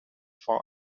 for